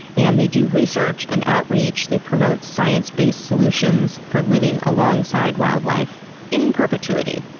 and they do research and outreach, they promote science-based solutions for living alongside wildlife in perpetuity.